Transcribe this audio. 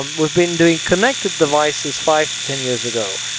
um we've been doing connected devices five to ten years ago.